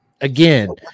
Again